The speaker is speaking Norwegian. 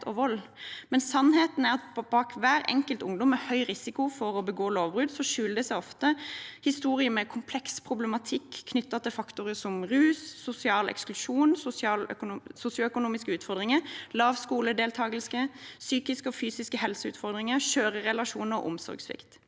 Sannheten er at bak hver enkelt ungdom med høy risiko for å begå lovbrudd skjuler det seg ofte en historie med kompleks problematikk knyttet til faktorer som rus, sosial eksklusjon, sosioøkonomiske utfordringer, lav skoledeltakelse, psykiske og fysiske helseutfordringer, skjøre relasjoner og omsorgssvikt.